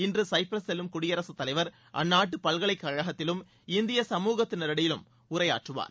இன்று சைப்ரஸ் செல்லும் குடியரசுத்தலைவர் அந்நாட்டு பல்கலைக்கழகத்திலும் இந்திய சமூகத்தினடையிலும் அவர் உரையாற்றுவார்